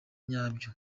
nyabyo